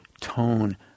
tone